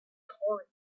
rhetoric